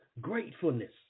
gratefulness